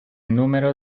número